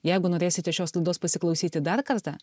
jeigu norėsite šios laidos pasiklausyti dar kartą